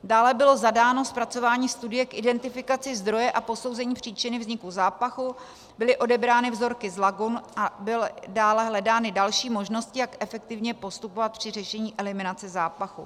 Dále bylo zadáno zpracování studie k identifikaci zdroje a posouzení příčiny vzniku zápachu, byly odebrány vzorky z lagun a byly dále hledány další možnosti, jak efektivně postupovat při řešení eliminace zápachu.